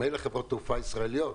מילא חברות תעופה ישראליות,